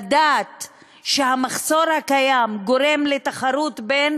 לדעת שהמחסור הקיים גורם לתחרות בין